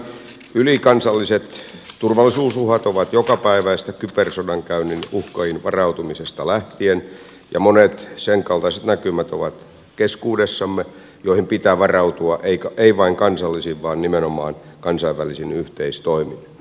ylikansalliset turvallisuusuhat ovat jokapäiväisiä kybersodankäynnin uhkiin varautumisesta lähtien ja monet senkaltaiset näkymät ovat keskuudessamme joihin pitää varautua ei vain kansallisin vaan nimenomaan kansainvälisin yhteistoimin